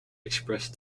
expressed